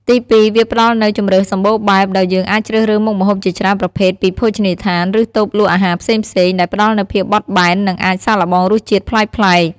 ទីពីរ វាផ្តល់នូវ ជម្រើសសម្បូរបែប ដោយយើងអាចជ្រើសរើសមុខម្ហូបជាច្រើនប្រភេទពីភោជនីយដ្ឋាន ឬតូបលក់អាហារផ្សេងៗ ដែលផ្តល់នូវភាពបត់បែន និងអាចសាកល្បងរសជាតិប្លែកៗ។